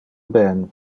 ben